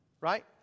right